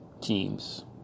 teams